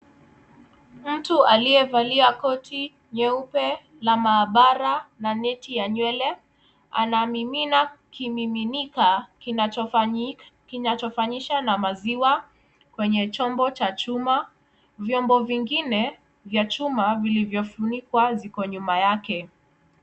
Mtu aliyevalia koti nyeupe la maabara na neti ya nywele anamimina kimiminika kinachofanyisha na maziwa kwenye chombo cha chuma, vyombo vingine vya chuma vilivyofunikwa ziko nyuma yake.